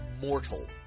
mortal